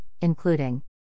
including